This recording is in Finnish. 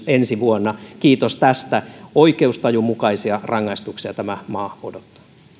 ensi vuonna kiitos tästä oikeustajun mukaisia rangaistuksia tämä maa odottaa